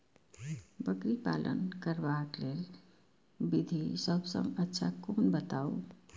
बकरी पालन करबाक लेल विधि सबसँ अच्छा कोन बताउ?